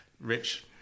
rich